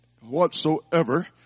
whatsoever